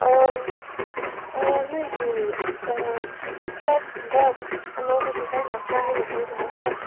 ꯅꯣꯏꯒꯤ ꯁꯨꯁ ꯐ꯭ꯂꯦꯠꯀꯨꯝꯕ ꯑꯅꯧꯕ ꯗꯤꯖꯥꯏꯟ ꯂꯥꯛꯄ꯭ꯔꯥ ꯍꯥꯏꯅ ꯀꯣꯜ ꯇꯧꯔꯛꯄ